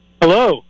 hello